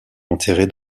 enterré